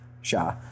shah